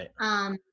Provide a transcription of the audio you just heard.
Right